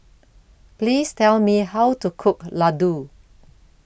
Please Tell Me How to Cook Laddu